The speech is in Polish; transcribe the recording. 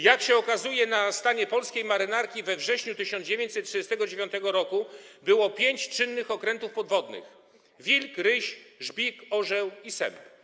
Jak się okazuje, na stanie polskiej marynarki we wrześniu 1939 r. było pięć czynnych okrętów podwodnych: Wilk, Ryś, Żbik, Orzeł i Sęp.